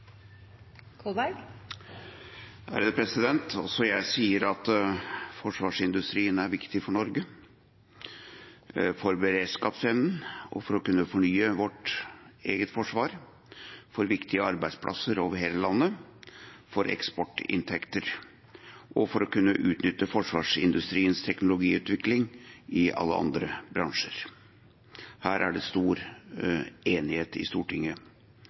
viktig for Norge, for beredskapsevnen og for å kunne fornye vårt eget forsvar, for viktige arbeidsplasser over hele landet, for eksportinntekter og for å kunne utnytte forsvarsindustriens teknologiutvikling i alle andre bransjer. Her er det stor enighet i Stortinget.